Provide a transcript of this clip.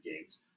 games